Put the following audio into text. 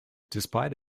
despite